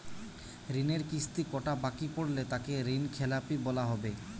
ঋণের কিস্তি কটা বাকি পড়লে তাকে ঋণখেলাপি বলা হবে?